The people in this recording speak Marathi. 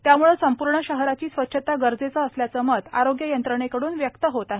त्यामुळे संपूर्ण शहराची स्वच्छता गरजेचे असल्याचे मत आरोग्य यंत्रणेकडून व्यक्त होत आहे